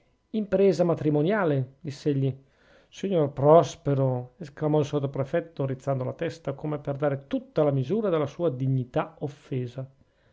impresa matrimoniale diss'egli signor prospero esclamò il sottoprefetto rizzando la testa come per dare tutta la misura della sua dignità offesa